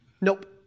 Nope